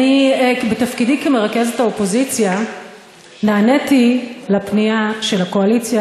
בתפקידי כמרכזת האופוזיציה נעניתי לפנייה של הקואליציה